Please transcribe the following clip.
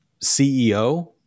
CEO